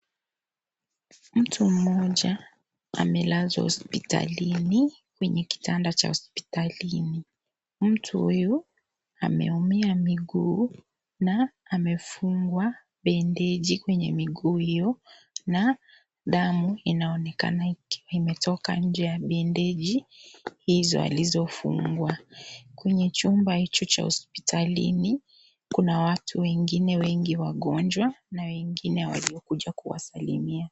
Mtu mmoja amelazwa hospitalini kwenye kitanda cha hospitalini. Mtu huyu ameumia miguu na amefungwa bendeji kwenye miguu hiyo na damu inaonekana ikiwa imetoka nje ya bendeji hizo alizofungwa. Kwenye chumba hicho cha hospitalini kuna watu wengine wagonjwa na wengine waliokuja kuwasalimia.